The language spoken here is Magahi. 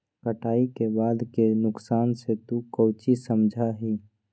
कटाई के बाद के नुकसान से तू काउची समझा ही?